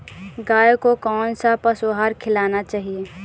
गाय को कौन सा पशु आहार खिलाना चाहिए?